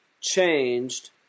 changed